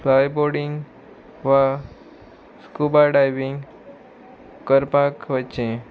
flyboarding वा scuba diving करपाक वचचें